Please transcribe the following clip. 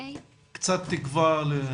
קצת תקווה.